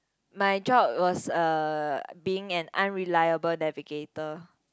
my job was a being a unreliable navigator